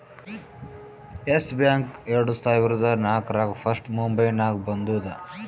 S Bank ಎರಡು ಸಾವಿರದಾ ನಾಕ್ರಾಗ್ ಫಸ್ಟ್ ಮುಂಬೈನಾಗ ಬಂದೂದ